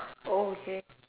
okay